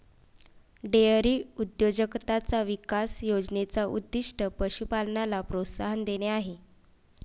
dairy उद्योजकताचा विकास योजने चा उद्दीष्ट पशु पालनाला प्रोत्साहन देणे आहे